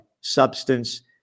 substance